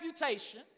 reputation